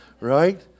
right